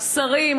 שרים,